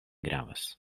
gravas